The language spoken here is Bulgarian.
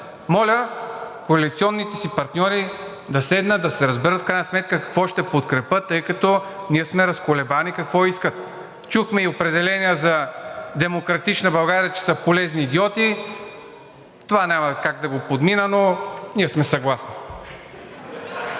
Моля коалиционните партньори да седнат, да се разберат в крайна сметка какво ще подкрепят, тъй като ние сме разколебани какво искат. Чухме и определения за „Демократична България“, че са полезни идиоти, това няма как да го подмина, но ние сме съгласни.